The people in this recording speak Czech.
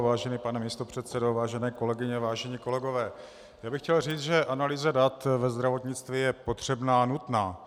Vážený pane místopředsedo, vážené kolegyně, vážení kolegové, chtěl bych říci, že analýza dat ve zdravotnictví je potřebná, nutná.